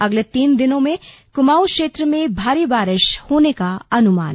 अगले तीन दिनों में क्माऊं क्षेत्र में भारी बारिश होने का अनुमान